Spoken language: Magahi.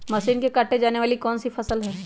मशीन से काटे जाने वाली कौन सी फसल है?